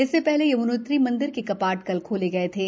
इससे पहले यमुनोत्रि मंदिर के कपाट कल खोले गए थे